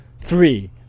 three